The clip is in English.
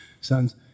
sons